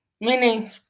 meaning